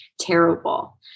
terrible